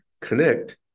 connect